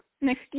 Next